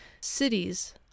cities